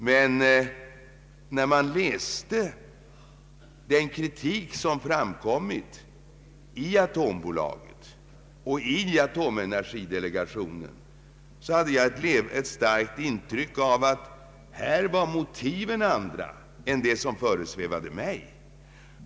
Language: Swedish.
Men när jag tog del av den kritik som framkommit i Atombolaget och i Atomenergidelegationen, fick jag ett starkt intryck av att motiven var av ett annat slag än de motiv som föresvävat mig.